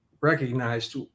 recognized